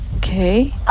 Okay